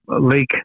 Lake